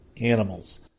animals